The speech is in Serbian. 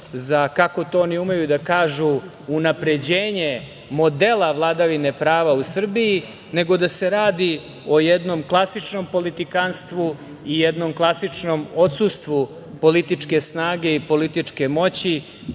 kako to oni umeju da kažu unapređenje modela vladavine prava u Srbiji, nego da se radi o jednom klasičnom politikanstvu i jednom klasičnom odsustvu političke snage i političke moći,